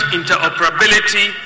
interoperability